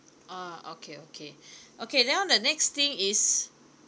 ah okay okay okay now the next thing is